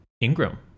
Ingram